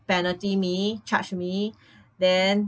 penalty me charge me then